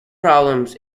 problems